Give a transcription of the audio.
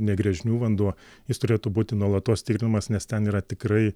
ne gręžinių vanduo jis turėtų būti nuolatos tikrinamas nes ten yra tikrai